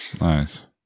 nice